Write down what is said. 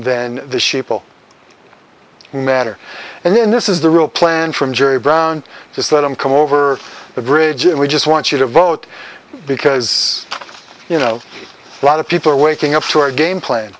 sheeple matter and then this is the real plan from jerry brown just let him come over the bridge and we just want you to vote because you know a lot of people are waking up to our game pla